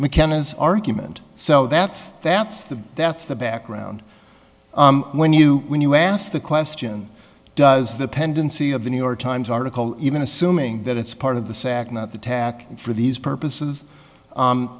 mckenna's argument so that's that's the that's the background when you when you ask the question does the pendency of the new york times article even assuming that it's part of the sac not the tack for these purposes